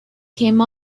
came